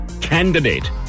candidate